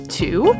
two